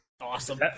Awesome